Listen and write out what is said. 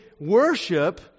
worship